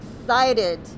excited